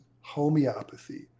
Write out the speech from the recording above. homeopathy